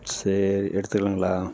சரி எடுத்துக்கலாங்களா